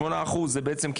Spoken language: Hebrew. שמונה אחוז זה בעצם,